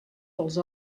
dels